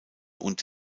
und